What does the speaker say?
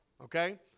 Okay